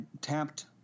tapped